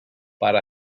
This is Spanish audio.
para